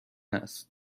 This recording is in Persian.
است